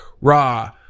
raw